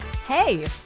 Hey